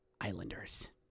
Islanders